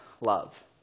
love